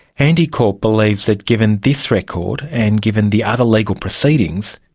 andy corp believes that given this record and given the other legal proceedings,